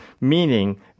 meaning